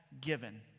given